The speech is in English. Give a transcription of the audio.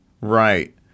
Right